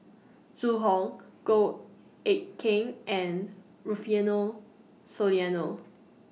Zhu Hong Goh Eck Kheng and Rufino Soliano